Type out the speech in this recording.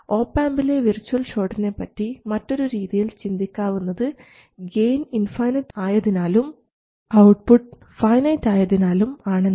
ഒപാംപിലെ virtual ഷോർട്ടിനെപ്പറ്റി മറ്റൊരു രീതിയിൽ ചിന്തിക്കാവുന്നത് ഗെയിൻ ഇൻഫൈനൈറ്റ് ആയതിനാലും ഔട്ട്പുട്ട് ഫൈനൈറ്റ് ആയതിനാലും ആണെന്നതാണ്